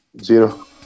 zero